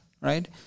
right